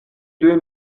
deux